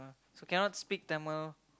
so cannot speak Tamil